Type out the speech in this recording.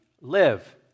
live